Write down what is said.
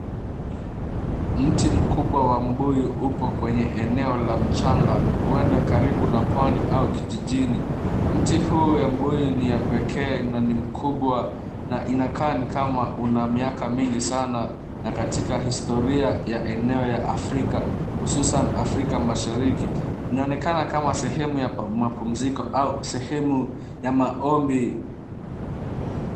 Mti mkubwa wa mbuyu upo kwenye eneo la mchanga, huenda karibu na pwani au kijijini. Mti huu ya mbuyu ni ya pekee na ni mkubwa na inakaa ni kama una miaka mingi sana na katika historia ya eneo ya Afrika, hususan Afrika Mashariki. Inaonekana kama sehemu ya mapumziko au sehemu ya maombi.